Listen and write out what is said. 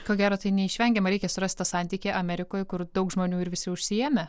ko gero tai neišvengiama reikia surast tą santykį amerikoj kur daug žmonių ir visi užsiėmę